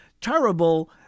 terrible